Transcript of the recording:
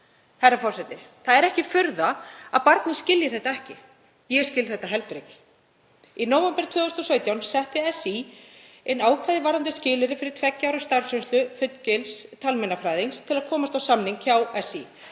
Herra forseti. Það er ekki furða að barnið skilji þetta ekki. Ég skil þetta heldur ekki. Í nóvember 2017 setti SÍ ákvæði eða skilyrði um tveggja ára starfsreynslu fullgilds talmeinafræðings til að komast á samning hjá SÍ.